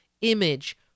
image